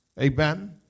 Amen